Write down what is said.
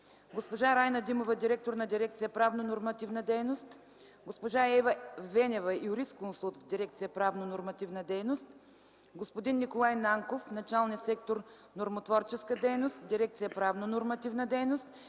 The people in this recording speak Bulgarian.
госпожа Райна Димова – директор на дирекция „Правно-нормативна дейност”, госпожа Ева Венева – юрисконсулт в дирекция „Правно-нормативна дейност”, господин Николай Нанков – началник сектор „Нормотворческа дейност” в дирекция „Правно нормативна дейност”,